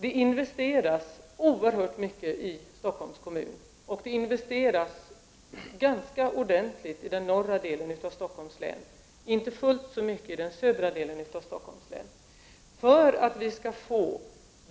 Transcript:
Det investeras oerhört mycket i Stockholms kommun, och det investeras ganska ordentligt i den norra delen av Stockholms län men inte fullt så mycket i den södra delen. Vi behöver få